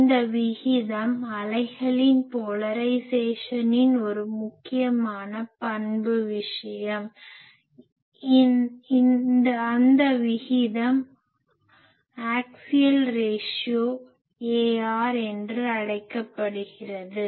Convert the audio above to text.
அந்த விகிதம் அலைகளின் போலரைஸேசனின் ஒரு முக்கியமான பண்பு விஷயம் அந்த விகிதம் ஆக்சியல் ரேஷியோ axial ratio அச்சு விகிதம் AR என அழைக்கப்படுகிறது